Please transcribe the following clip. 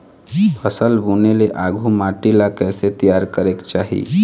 फसल बुने ले आघु माटी ला कइसे तियार करेक चाही?